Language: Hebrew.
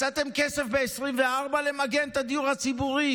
ב-2024 מצאתם כסף למגן את הדיור הציבורי?